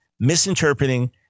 misinterpreting